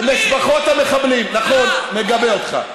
עם משפחות המחבלים, נכון, מגבה אותך.